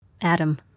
Adam